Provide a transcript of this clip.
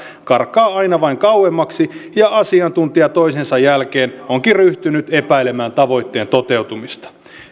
karkaa aina vain kauemmaksi ja asiantuntija toisensa jälkeen onkin ryhtynyt epäilemään tavoitteen toteutumista